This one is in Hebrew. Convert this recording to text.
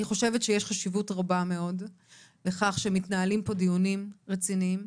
אני חושבת שיש חשיבות רבה מאוד לכך שמתנהלים פה דיונים רציניים.